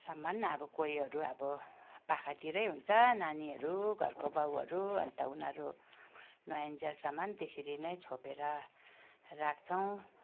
सम्म अब कोहीहरू अब पाखातिरै हुन्छ नानीहरू घरको बाउहरू अन्त उनीहरू न आइन्जेलसम्म त्यसरी नै छोपेर राख्छौँ